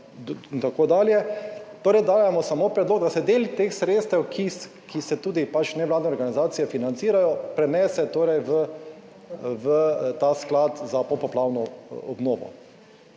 in tako dalje. Torej, dajemo samo predlog, da se del teh sredstev, ki se tudi nevladne organizacije financirajo, prenese torej v ta sklad za popoplavno obnovo.